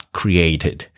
created